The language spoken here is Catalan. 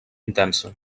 intensa